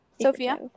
Sophia